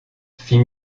fit